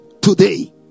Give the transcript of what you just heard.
today